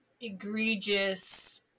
egregious